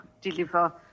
deliver